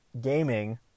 gaming